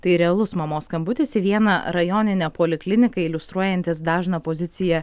tai realus mamos skambutis į vieną rajoninę polikliniką iliustruojantis dažną poziciją